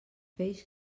peix